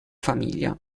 famiglia